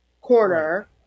corner